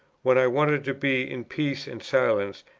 when i wanted to be in peace and silence,